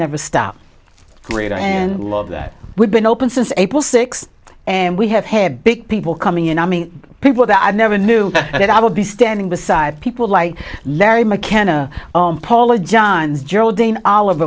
never stop reading and love that we've been open since april sixth and we have had big people coming in i mean people that i never knew that i would be standing beside people like larry mckenna paula johns geraldine olive